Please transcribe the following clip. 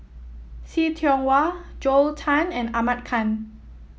See Tiong Wah Joel Tan and Ahmad Khan